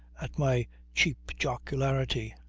at my cheap jocularity.